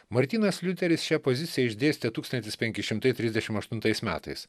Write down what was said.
martynas liuteris šią poziciją išdėstė tūkstantis penki šimtai trisdešimt aštuntais metais